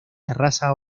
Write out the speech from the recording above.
terraza